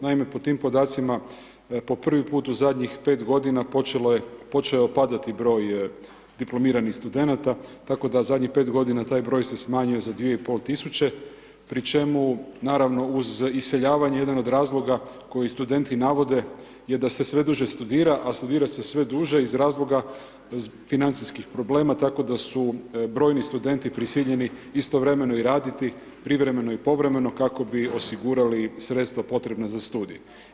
Naime, po tim podacima po prvi put u zadnjih 5 godina počeo je padati broj diplomiranih studenata, tako da zadnjih 5 godina taj broj se smanjio za 2.500 pri čemu naravno uz iseljavanje, jedan od razloga koji studenti navode je da se sve duže studira, a studira se sve duže iz razloga financijskih problema tako da su brojni studenti prisiljeni istovremeno i radi privremeno i povremeno kako bi osigurali sredstva potrebna za studij.